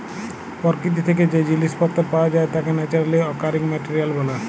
পরকিতি থ্যাকে যে জিলিস পত্তর পাওয়া যায় তাকে ন্যাচারালি অকারিং মেটেরিয়াল ব্যলে